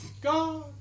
God